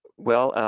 well,